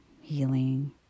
Healing